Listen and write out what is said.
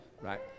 right